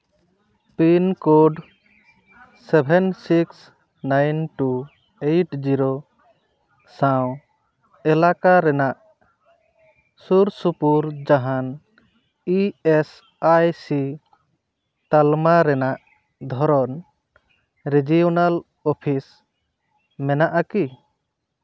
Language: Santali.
pin code seven six nine two eight zero ᱥᱟᱶ ᱮᱞᱟᱠᱟ ᱨᱮᱱᱟᱜ ᱥᱩᱨ ᱥᱩᱯᱩᱨ ᱡᱟᱦᱟᱱ ᱤ ᱮᱥ ᱟᱭ ᱥᱤ ᱛᱟᱞᱢᱟ ᱨᱮᱱᱟᱜ ᱫᱷᱚᱨᱚᱱ ᱨᱮᱡᱤᱭᱳᱱᱟᱞ ᱚᱯᱷᱤᱥ ᱢᱮᱱᱟᱜᱼᱟ ᱠᱤ